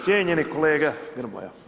Cijenjeni kolega Grmoja.